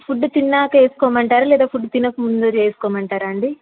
food తిన్నాక వేసుకోమంటారా లేదా ఫుడ్ తినక ముందు వేసుకోమంటారా అండి